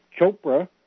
Chopra